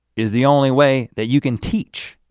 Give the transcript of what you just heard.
is the only way that you can teach.